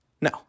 No